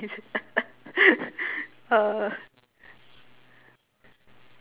uh